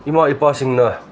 ꯏꯃꯥ ꯏꯄꯥꯁꯤꯡꯅ